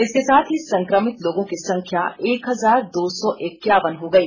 इसके साथ ही संक्रमित लोगों की संख्या एक हजार दो सौ इक्यावन हो गई